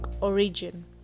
origin